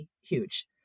huge